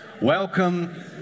welcome